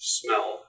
smell